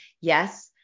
yes